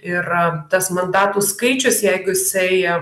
ir tas mandatų skaičius jeigu jisai